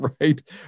right